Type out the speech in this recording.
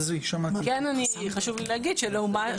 יש איזו שהיא פסקה אחת בדברי ההסבר על מה קורה,